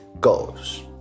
goals